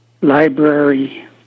library